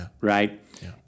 right